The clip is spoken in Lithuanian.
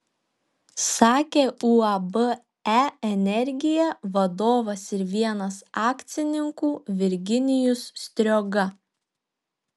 sakė uab e energija vadovas ir vienas akcininkų virginijus strioga